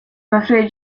afraid